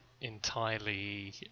entirely